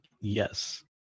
yes